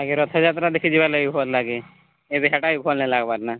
ଆଗେ ରଥ ଯାତ୍ରା ଦେଖି ଯିବା ଲାଗି ଭଲ ଲାଗେ ଏବେ ଏଇଟା ବି ଭଲ ନାହିଁ ଲାଗିବାର ନା